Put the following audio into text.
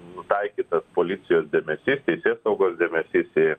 nutaikytas policijos dėmesys teisėsaugos dėmesys į